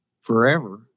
forever